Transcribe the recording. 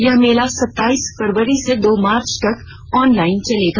यह मेला सत्ताईस फरवरी से दो मार्च तक ऑनलाईन चलेगा